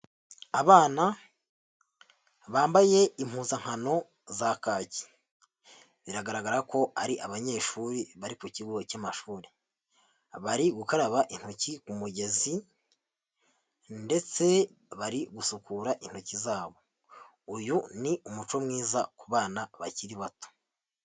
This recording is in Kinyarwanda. Abana bambaye impuzankano za kaki, biragaragara ko ari abanyeshuri, bari ku kigo cy'amashuri, bari gukaraba intoki ku mugezi ndetse bari gusukura intoki zabo. Uyu ni umuco mwiza ku bana bakiri bato.